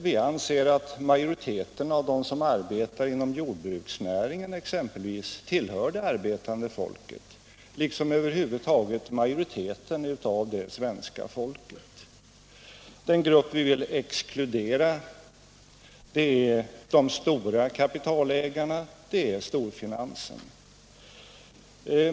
Vi anser att majoriteten av dem som arbetar inom jordbruksnäringen tillhör det arbetande folket, liksom över huvud taget majoriteten av det svenska folket. Den grupp vi vill exkludera är de stora kapitalägarna, storfinansen.